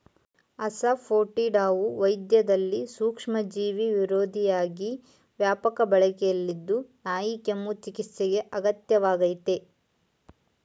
ಅಸಾಫೋಟಿಡಾವು ವೈದ್ಯದಲ್ಲಿ ಸೂಕ್ಷ್ಮಜೀವಿವಿರೋಧಿಯಾಗಿ ವ್ಯಾಪಕ ಬಳಕೆಯಲ್ಲಿದ್ದು ನಾಯಿಕೆಮ್ಮು ಚಿಕಿತ್ಸೆಗೆ ಅಗತ್ಯ ವಾಗಯ್ತೆ